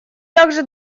также